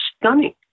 stunning